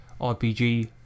RPG